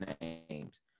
names